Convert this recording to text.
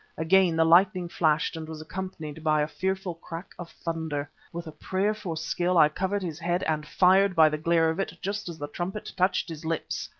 again the lightning flashed and was accompanied by a fearful crack of thunder. with a prayer for skill, i covered his head and fired by the glare of it just as the trumpet touched his lips.